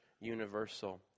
universal